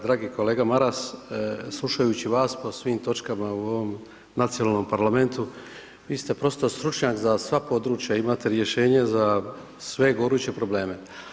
Dragi kolega Maras, slušajući vas po svim točkama u ovom nacionalnom parlamentu vi ste prosto stručnjak za sva područja, imate rješenje za sve goruće probleme.